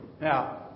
Now